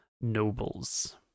nobles